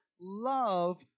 love